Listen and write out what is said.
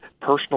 personal